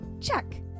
Check